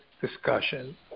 discussion